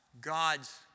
God's